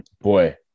Boy